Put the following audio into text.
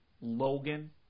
Logan